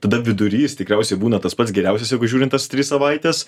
tada vidurys tikriausiai būna tas pats geriausias jeigu žiūrint tas tris savaites